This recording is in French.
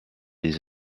des